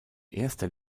erster